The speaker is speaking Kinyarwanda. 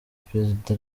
perezida